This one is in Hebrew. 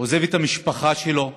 עוזב את המשפחה שלו,